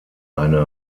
eine